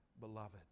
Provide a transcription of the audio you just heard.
beloved